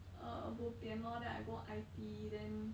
uh bopian lor then I go I_T then